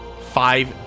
five